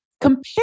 compare